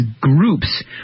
groups